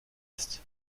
ist